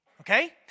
Okay